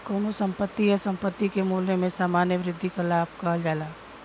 कउनो संपत्ति या संपत्ति के मूल्य में सामान्य वृद्धि के लाभ कहल जाला